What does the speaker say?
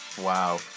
Wow